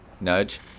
nudge